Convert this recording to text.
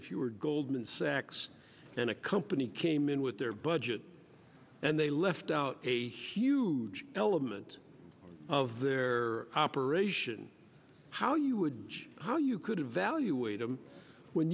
if you were goldman sachs and a company came in with their budget and they left out a huge element of their operation how you would how you could evaluate them when